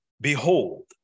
Behold